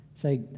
say